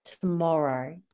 tomorrow